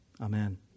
amen